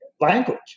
language